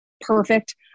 perfect